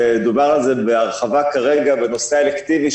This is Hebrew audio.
דובר על זה בהרחבה כרגע בנושא האלקטיבי,